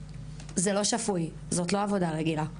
זה לא שפוי, זאת לא עבודה רגילה.